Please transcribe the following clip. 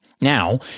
Now